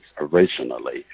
originally